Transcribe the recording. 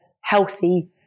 healthy